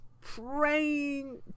praying